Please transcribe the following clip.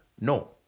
No